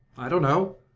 i don't know.